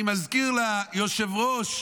אני מזכיר ליושב-ראש,